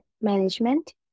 management